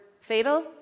fatal